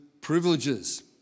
privileges